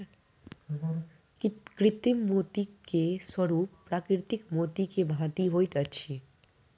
कृत्रिम मोती के स्वरूप प्राकृतिक मोती के भांति होइत अछि